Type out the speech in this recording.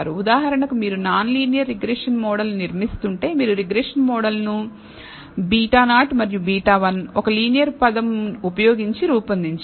ఉదాహరణకు మీరు non linear regression మోడల్ను నిర్మిస్తుంటే మీరు రిగ్రెషన్ మోడల్ను β0 మరియు β1 ఒక లీనియర్ పదం ఉపయోగించి రూపొందించండి